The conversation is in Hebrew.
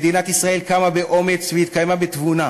מדינת ישראל קמה באומץ והתקיימה בתבונה.